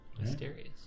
Mysterious